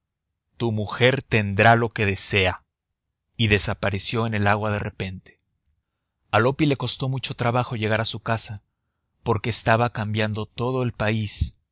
tu mujer tendrá lo que desea y desapareció en el agua de repente a loppi le costó mucho trabajo llegar a su casa porque estaba cambiado todo el país